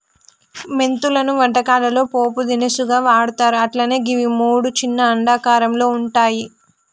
మెంతులను వంటకాల్లో పోపు దినుసుగా వాడ్తర్ అట్లనే గివి మూడు చిన్న అండాకారంలో వుంటయి